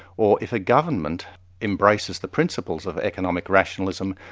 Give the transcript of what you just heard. or if a government embraces the principles of economic rationalism,